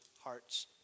hearts